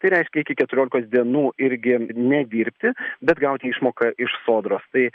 tai reiškia iki keturiolikos dienų irgi nedirbti bet gauti išmoką iš sodros tai